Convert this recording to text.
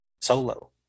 solo